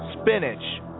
Spinach